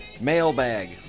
Mailbag